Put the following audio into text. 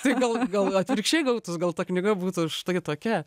tai gal gal atvirkščiai gautus gal ta knyga būtų štai tokia